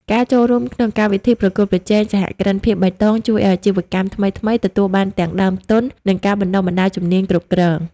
ការចូលរួមក្នុងកម្មវិធីប្រកួតប្រជែងសហគ្រិនភាពបៃតង ជួយឱ្យអាជីវកម្មថ្មីៗ ទទួលបានទាំងដើមទុន និងការបណ្ដុះបណ្ដាលជំនាញគ្រប់គ្រង។